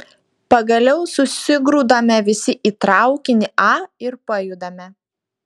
pagaliau susigrūdame visi į traukinį a ir pajudame